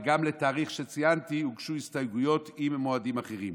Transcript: וגם לתאריך שציינתי הוגשו הסתייגויות עם מועדים אחרים.